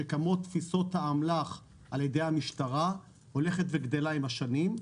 שכמות תפיסות האמל"ח על ידי המשטרה הולכת וגדלה עם השנים.